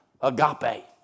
agape